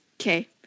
Okay